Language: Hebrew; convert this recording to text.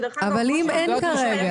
אבל אם אין כרגע?